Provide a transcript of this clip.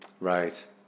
Right